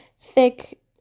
thick